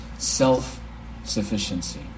Self-sufficiency